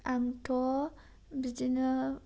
आंथ' बिदिनो